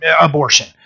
abortion